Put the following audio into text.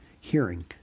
hearing